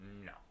No